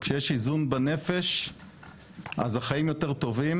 כשיש איזון בנפש אז החיים יותר טובים.